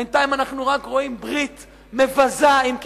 בינתיים אנחנו רק רואים ברית מבזה עם כיסאות,